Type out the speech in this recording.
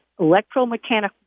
electromechanical